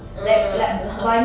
ah flaws